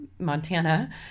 Montana